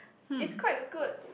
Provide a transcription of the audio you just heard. it's quite good